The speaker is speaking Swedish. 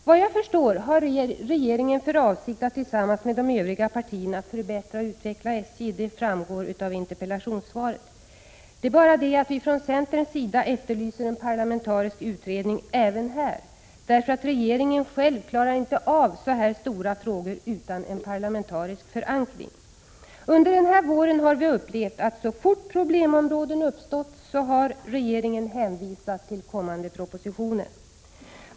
Såvitt jag förstår har regeringen för avsikt att tillsammans med de övriga partierna förbättra och utveckla SJ. Det framgår av interpellationssvaret. Vi efterlyser dock från centerns sida en parlamentarisk utredning även här, därför att regeringen själv inte klarar av så här stora frågor utan en parlamentarisk förankring. Under våren har vi upplevt att regeringen så fort problemområden uppstått har hänvisat till kommande propositioner.